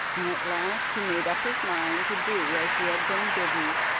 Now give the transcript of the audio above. and at last he made up his mind to do as he had been bidden.